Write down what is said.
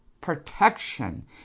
protection